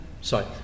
Sorry